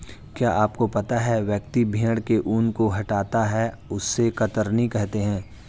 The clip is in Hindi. क्या आपको पता है व्यक्ति भेड़ के ऊन को हटाता है उसे कतरनी कहते है?